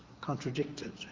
contradicted